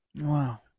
Wow